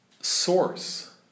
source